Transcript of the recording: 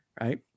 Right